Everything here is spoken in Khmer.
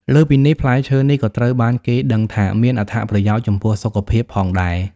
លើសពីនេះ ផ្លែឈើនេះក៏ត្រូវបានគេដឹងថាមានអត្ថប្រយោជន៍ចំពោះសុខភាពផងដែរ ។